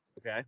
Okay